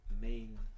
main